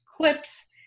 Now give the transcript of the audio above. Clips